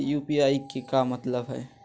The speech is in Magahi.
यू.पी.आई के का मतलब हई?